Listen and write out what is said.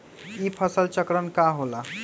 ई फसल चक्रण का होला?